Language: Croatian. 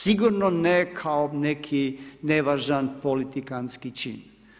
Sigurno ne kao neki nevažan politikantski čin.